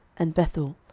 and bethul,